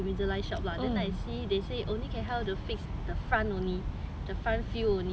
一个 invisalign shop lah then I see they say only can help to fix the front only the front few only